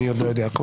אני עוד לא יודע.